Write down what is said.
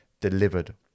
delivered